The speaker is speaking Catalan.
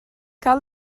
cal